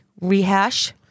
rehash